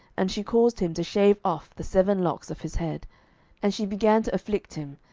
and she caused him to shave off the seven locks of his head and she began to afflict him,